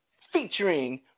featuring